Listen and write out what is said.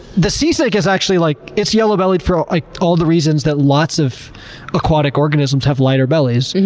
the sea snake is actually, like it's yellow bellied for all ah all the reasons that lots of aquatic organisms have lighter bellies.